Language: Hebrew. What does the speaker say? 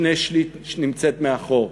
שני-שלישים נמצאים מאחור.